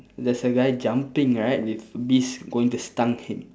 there's a guy jumping right with bees going to stung him